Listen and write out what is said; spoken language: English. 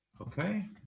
Okay